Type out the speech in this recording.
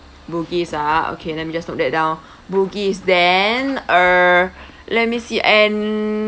bugis ah okay let me just note that down bugis then uh let me see and